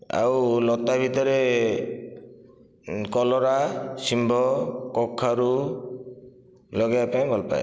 ଆଉ ଲତା ଭିତରେ କଲରା ଶିମ୍ବ କଖାରୁ ଲଗାଇବା ପାଇଁ ଭଲ ପାଏ